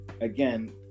again